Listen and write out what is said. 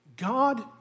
God